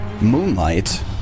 Moonlight